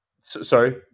Sorry